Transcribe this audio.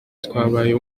twabaye